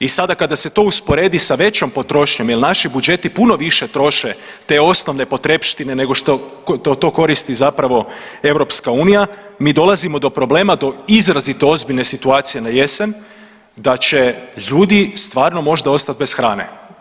I sada kada se to usporedi sa većom potrošnjom jer naši budžeti puno više troše te osnovne potrepštine nego što to koristi zapravo EU, mi dolazimo do problema, do izrazito ozbiljne situacije na jesen da će ljudi stvarno možda ostati bez hrane.